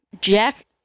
jack